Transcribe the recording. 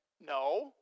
No